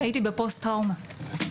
כי הייתי בפוסט טראומה.